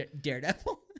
Daredevil